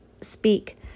speak